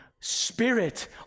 spirit